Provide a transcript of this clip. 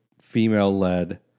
female-led